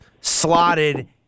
slotted